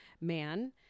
man